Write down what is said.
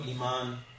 Iman